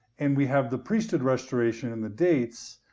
and we have the priesthood restoration and the dates.